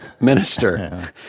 Minister